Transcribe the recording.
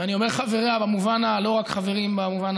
ואני אומר "חבריה": לא רק חברים במובן